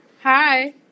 Hi